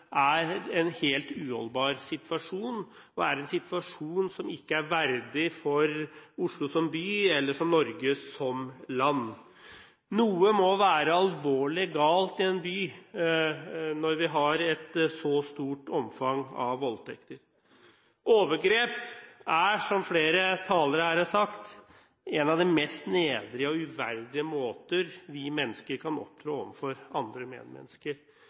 er en helt uholdbar situasjon, en situasjon som ikke er verdig for Oslo som by eller for Norge som land. Noe må være alvorlig galt i en by når vi har et så stort omfang av voldtekter. Overgrep er, som flere talere her har sagt, en av de mest nedrige og uverdige måter vi mennesker kan opptre overfor andre